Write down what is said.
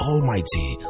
Almighty